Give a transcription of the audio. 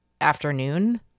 afternoon